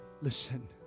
Listen